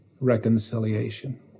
reconciliation